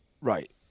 Right